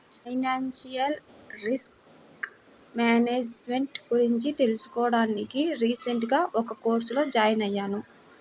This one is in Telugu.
ఫైనాన్షియల్ రిస్క్ మేనేజ్ మెంట్ గురించి తెలుసుకోడానికి రీసెంట్ గా ఒక కోర్సులో జాయిన్ అయ్యాను